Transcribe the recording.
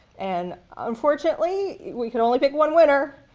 and unfortunately we could only pick one winner,